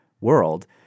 world